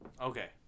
Okay